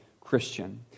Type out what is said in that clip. Christian